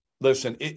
listen